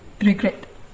Regret